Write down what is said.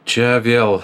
čia vėl